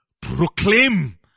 proclaim